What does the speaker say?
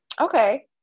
Okay